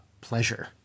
pleasure